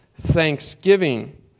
thanksgiving